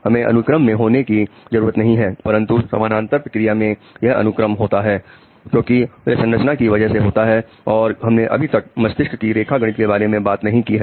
हमें अनुक्रम में होने की जरूरत नहीं है परंतु समानांतर प्रक्रिया में यह अनुक्रम होता है क्योंकि यह संरचना की वजह से होता है और हमने अभी तक मस्तिष्क की रेखा गणित के बारे में बात नहीं की है